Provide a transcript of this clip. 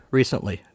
recently